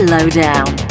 Lowdown